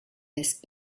laissent